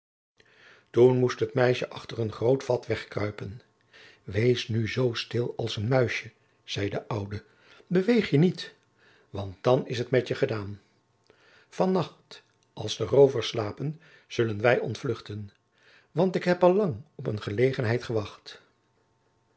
toen moest het meisje achter een groot vat wegkruipen wees nu zoo stil als een muisje zei de oude beweeg je niet want dan is het met je gedaan van nacht als de roovers slapen zullen wij ontvluchten want ik heb al lang op een gelegenheid gewacht